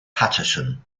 patterson